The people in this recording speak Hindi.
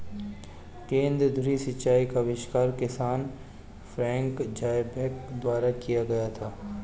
केंद्र धुरी सिंचाई का आविष्कार किसान फ्रैंक ज़ायबैक द्वारा किया गया था